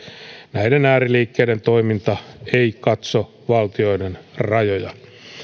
näiden ääriliikkeiden toiminta ei katso valtioiden rajoja